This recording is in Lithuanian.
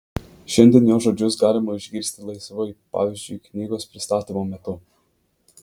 šiandien jo žodžius galima išgirsti laisvai pavyzdžiui knygos pristatymo metu